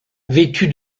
vêtue